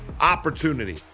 Opportunity